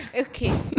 Okay